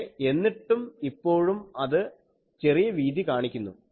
പക്ഷേ എന്നിട്ടും ഇപ്പോഴും അത് ചെറിയ വീതി കാണിക്കുന്നു